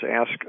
ask